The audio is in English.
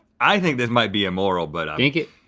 i think this might be immoral but dink it.